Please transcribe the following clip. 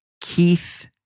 Keith